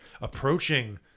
approaching